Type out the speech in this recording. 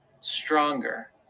stronger